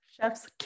chef's